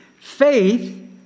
Faith